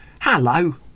Hello